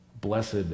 Blessed